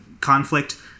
conflict